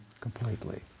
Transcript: completely